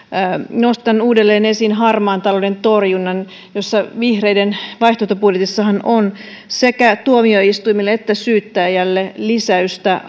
nostan uudelleen esiin harmaan talouden torjunnan vihreiden vaihtoehtobudjetissahan on sekä tuomioistuimille että syyttäjälle lisäystä